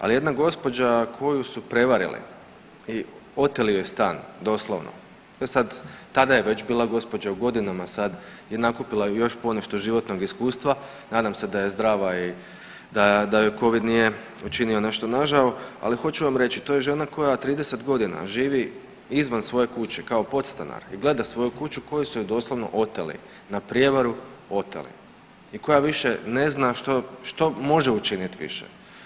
Ali jedna gospođa koju su prevarili i oteli joj stan doslovno, tada je već bila gospođa u godinama, sad je nakupila još ponešto životnog iskustva, nadam se da je zdrava i da, da joj covid nije učinio nešto nažao, ali hoću vam reći to je žena koja 30.g. živi izvan svoje kuće kao podstanar i gleda svoju kuću koju su joj doslovno oteli, na prijevaru oteli i koja više ne zna što, što može učinit više.